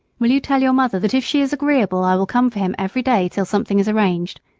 will you tell your mother that if she is agreeable i will come for him every day till something is arranged,